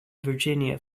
virginia